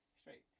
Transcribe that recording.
Straight